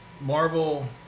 Marvel